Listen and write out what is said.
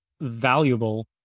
valuable